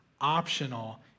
optional